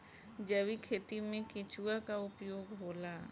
जैविक खेती मे केचुआ का उपयोग होला?